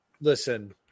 listen